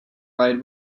ride